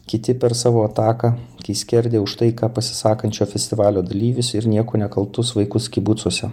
kiti per savo ataką kai skerdė už taiką pasisakančio festivalio dalyvius ir niekuo nekaltus vaikus kibucuose